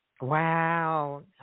Wow